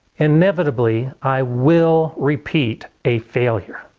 inevitably i will repeat a failure.